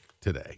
today